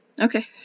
okay